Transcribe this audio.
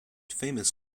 famous